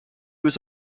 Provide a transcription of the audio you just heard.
was